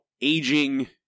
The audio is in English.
aging